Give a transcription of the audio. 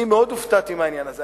אני מאוד הופתעתי מהעניין הזה.